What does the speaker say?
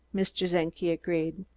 mr. czenki agreed.